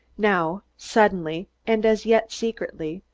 now, suddenly, and as yet secretly,